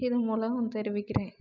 இதன் மூலம் தெரிவிக்கிறேன்